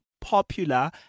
popular